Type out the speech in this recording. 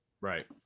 right